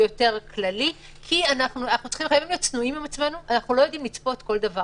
מכיוון שאנחנו לא יודעים לצפות כל דבר